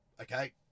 Okay